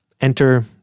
Enter